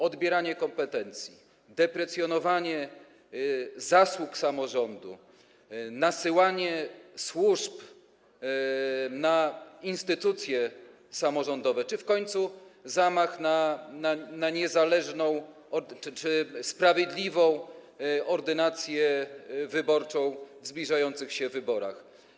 Odbieranie kompetencji, deprecjonowanie zasług samorządu, nasyłanie służb na instytucje samorządowe czy w końcu zamach na niezależną czy sprawiedliwą ordynację wyborczą w zbliżających się wyborach.